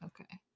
okay